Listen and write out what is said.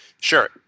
Sure